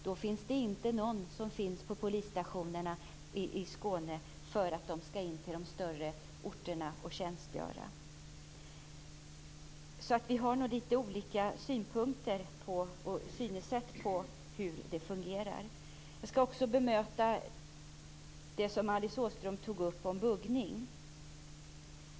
Då finns det inte någon på polisstationerna i Skåne eftersom man skall in till de större orterna och tjänstgöra. Så vi har nog lite olika synpunkter och synsätt på hur det fungerar. Jag skall också bemöta det Alice Åström tog upp om buggning.